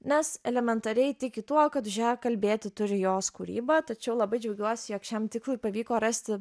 nes elementariai tiki tuo kad už ją kalbėti turi jos kūryba tačiau labai džiaugiuosi jog šiam tikslui pavyko rasti